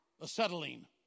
Acetylene